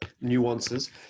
nuances